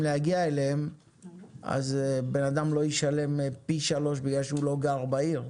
להגיע אליהם אז בנאדם לא ישלם פי שלוש בגלל שהוא לא גר בעיר.